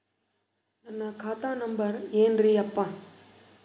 ನನ್ನ ಖಾತಾ ನಂಬರ್ ಏನ್ರೀ ಯಪ್ಪಾ?